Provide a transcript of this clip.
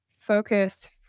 focused